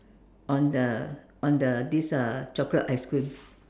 on the on the this uh chocolate ice cream